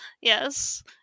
Yes